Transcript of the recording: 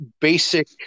basic